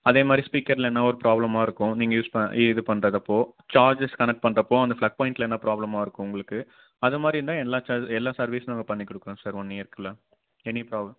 அதே மாதிரி ஸ்பீக்கரில் எதுனா ஒரு ப்ராப்ளமா இருக்கும் நீங்கள் யூஸ் ப இ இது பண்ணுறதப்போ சார்ஜஸ் கனெக்ட் பண்ணுறப்போ அந்த ஃப்ளக் பாய்ண்ட்டில் என்ன ப்ராப்ளமா இருக்கும் உங்களுக்கு அது மாதிரி இருந்தால் எல்லா சார்ஜ் எல்லா சர்வீஸும் நாங்கள் பண்ணிக் கொடுக்கறோம் சார் ஒன் இயர்க்குள்ள எனி ப்ராப்ளம்